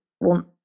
want